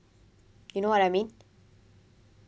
you know what I mean